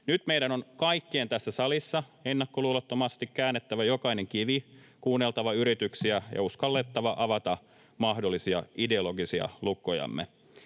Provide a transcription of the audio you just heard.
Nyt meidän on kaikkien tässä salissa ennakkoluulottomasti käännettävä jokainen kivi, kuunneltava yrityksiä ja uskallettava avata mahdollisia ideologisia lukkojamme.